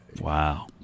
Wow